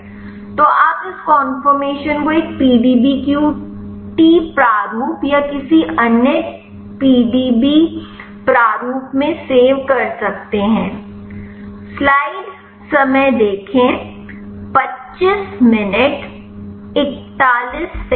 तो आप इस कन्फोर्मशन को एक PDBQT प्रारूप या किसी अन्य PDB प्रारूप में सेव कर सकते हैं